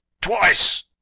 Twice